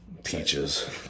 Peaches